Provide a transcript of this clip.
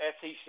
SEC